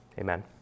Amen